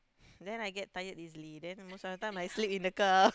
then I get tired easily then most of the time I sleep in the car